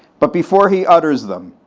but before he utters them,